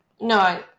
no